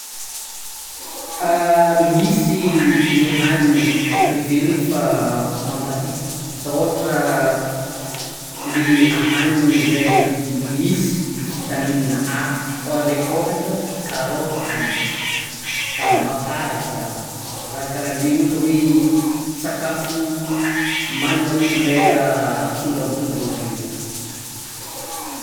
Misy ny hanina heverina fa mampahita, asa ohatra le ahanina izay misy vitamine A, raha alaiko ohatra carotty, mapaza, raha karan'ireny; ohatra hoe sakafo manana coulèra fondrampondrana reny zany.